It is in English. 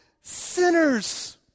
sinners